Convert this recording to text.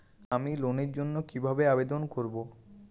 আমি লোনের জন্য কিভাবে আবেদন করব?